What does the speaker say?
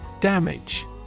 Damage